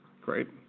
Great